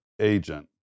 agent